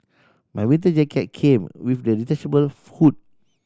my winter jacket came with the detachable hood